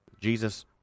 jesus